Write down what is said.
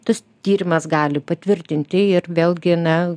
tas tyrimas gali patvirtinti ir vėlgi na